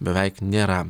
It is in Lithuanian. beveik nėra